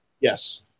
Yes